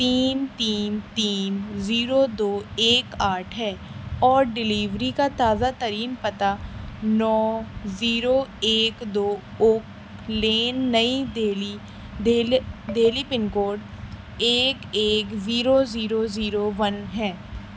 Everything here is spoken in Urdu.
تین تین تین زیرو دو ایک آٹھ ہے اور ڈیلیوری کا تازہ ترین پتہ نو زیرو ایک دو اوک لین نئی دہلی پن کوڈ ایک ایک زیرو زیرو زیرو ون ہے